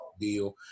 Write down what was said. deal